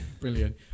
Brilliant